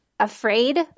Afraid